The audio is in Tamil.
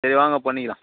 சரி வாங்க பண்ணிக்கலாம்